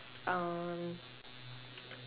um